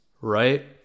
Right